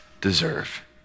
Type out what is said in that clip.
deserve